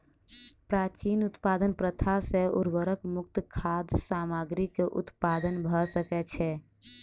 प्राचीन उत्पादन प्रथा सॅ उर्वरक मुक्त खाद्य सामग्री के उत्पादन भ सकै छै